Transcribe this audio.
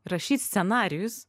rašyt scenarijus